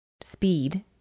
speed